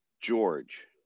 george